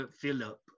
Philip